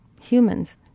Humans